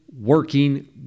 working